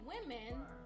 women